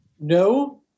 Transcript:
No